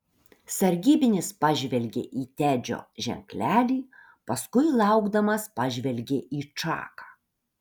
sargybinis pažvelgė į tedžio ženklelį paskui laukdamas pažvelgė į čaką